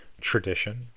tradition